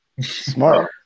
Smart